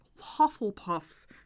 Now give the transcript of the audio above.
Hufflepuffs